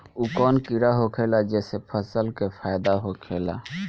उ कौन कीड़ा होखेला जेसे फसल के फ़ायदा होखे ला?